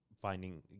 finding